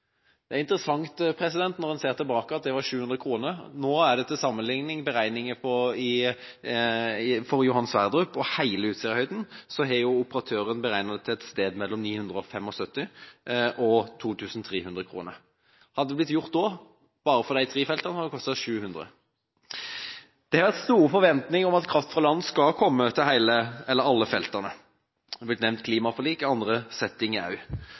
Det er interessant når en ser tilbake, at det var 700 kr. Til sammenligning har operatøren for Johan Sverdrup og hele Utsirahøyden beregnet det til et sted mellom 975 og 2 300 kr. Hadde det blitt gjort da, bare for de tre feltene, hadde det kostet 700 kr. Det har vært store forventninger om at kraft fra land skal komme til alle feltene. Det har blitt nevnt i klimaforliket, og også i andre settinger.